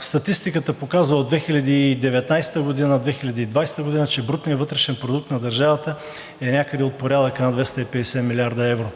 Статистиката показва от 2019 г. – 2020 г., че брутният вътрешен продукт на държавата е някъде от порядъка на 250 млрд. евро,